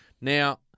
Now